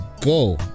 go